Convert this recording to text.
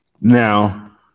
Now